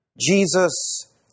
Jesus